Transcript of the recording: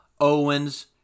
owens